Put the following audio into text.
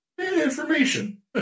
information